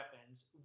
weapons